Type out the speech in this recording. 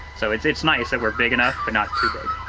so it's it's nice that we're big enough but not too big.